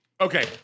Okay